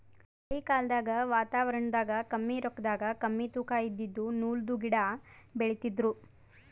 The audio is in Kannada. ಹಳಿ ಕಾಲ್ದಗ್ ವಾತಾವರಣದಾಗ ಕಮ್ಮಿ ರೊಕ್ಕದಾಗ್ ಕಮ್ಮಿ ತೂಕಾ ಇದಿದ್ದು ನೂಲ್ದು ಗಿಡಾ ಬೆಳಿತಿದ್ರು